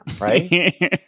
Right